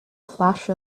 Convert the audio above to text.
flash